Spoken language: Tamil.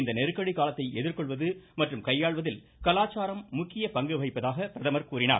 இந்த நெருக்கடி காலத்தை எதிர்கொள்வது மற்றும் கையாள்வதில் கலாச்சாரம் முக்கிய பங்கு வகிப்பதாக பிரதமர் கூறினார்